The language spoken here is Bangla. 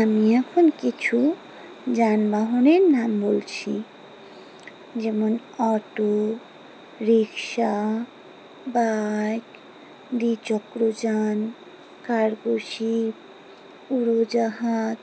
আমি এখন কিছু যানবাহনের নাম বলছি যেমন অটো রিকশা বাইক দ্বিচক্রযান কার্গো শিপ উড়োজাহাজ